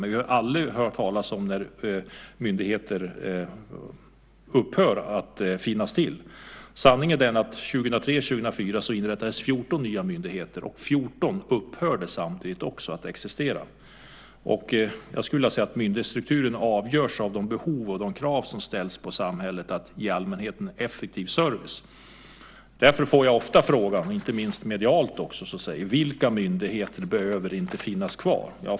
Men vi har aldrig hört talas om när myndigheter upphör att finnas till. Sanningen är den att under 2003 och 2004 inrättades 14 nya myndigheter, och 14 upphörde samtidigt också att existera. Jag skulle vilja säga att myndighetsstrukturen avgörs av de behov som finns och de krav som ställs på samhället att ge allmänheten en effektiv service. Därför får jag ofta frågan, inte minst från medier: Vilka myndigheter behöver inte finnas kvar?